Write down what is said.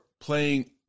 playing